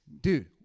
dude